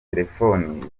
telefoni